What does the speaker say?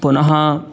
पुनः